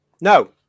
No